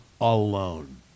alone